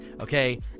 Okay